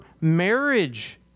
marriage